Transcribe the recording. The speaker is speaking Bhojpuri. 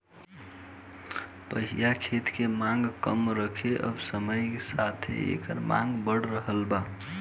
पहिले खेत के मांग कम रहे अब समय के साथे एकर मांग बढ़ रहल बा